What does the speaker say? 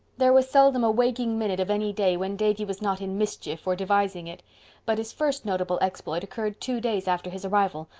there was seldom a waking minute of any day when davy was not in mischief or devising it but his first notable exploit occurred two days after his arrival,